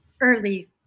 early